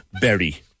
Berry